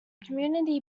community